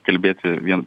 kalbėti vien